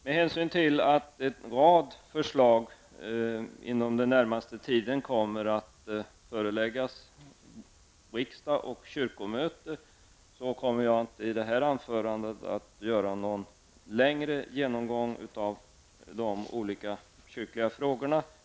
Med hänsyn till att en rad förslag inom den närmaste tiden kommer att föreläggas riksdagen och kyrkomötet kommer jag inte i detta anförande att göra någon längre genomgång av de olika kyrkliga frågorna.